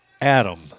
Adam